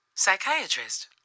psychiatrist